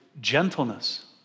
gentleness